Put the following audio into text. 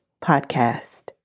Podcast